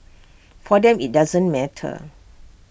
for them IT doesn't matter